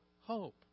hope